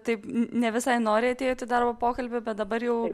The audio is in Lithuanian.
taip ne visai noriai atėjot į darbo pokalbį bet dabar jau